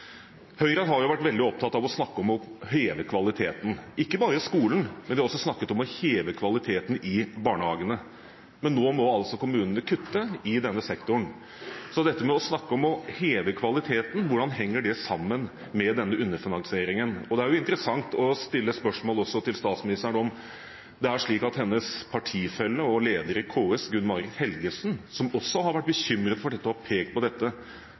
Høyre har vært veldig opptatt av å snakke om å heve kvaliteten – ikke bare i skolen, men de har også snakket om å heve kvaliteten i barnehagene. Nå må kommunene kutte i denne sektoren. Det å heve kvaliteten – hvordan henger det sammen med denne underfinansieringen? Det er interessant å stille spørsmål til statsministeren om det er slik at hennes partifelle og leder i KS, Gunn Marit Helgesen – som også har vært bekymret for dette, og har pekt på